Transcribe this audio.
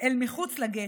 אל מחוץ לגטו,